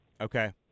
Okay